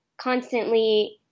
constantly